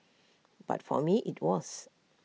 but for me IT was